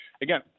Again